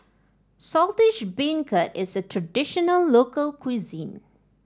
Saltish Beancurd is a traditional local cuisine